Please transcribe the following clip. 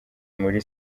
muri